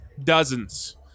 Dozens